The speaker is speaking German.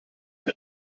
ein